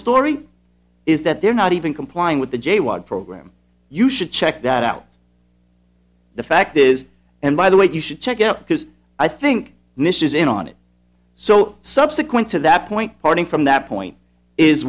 story is that they're not even complying with the program you should check that out the fact is and by the way you should check it out because i think nish is in on it so subsequent to that point parting from that point is